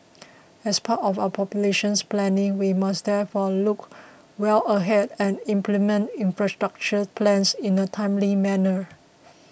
as part of our populations planning we must therefore look well ahead and implement infrastructure plans in a timely manner